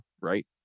right